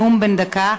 הנאום בן דקה,